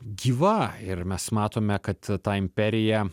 gyva ir mes matome kad ta imperija